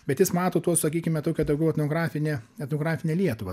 bet jis mato tuos sakykime tokią daugiau etnografinę etnografinę lietuvą